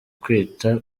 kwita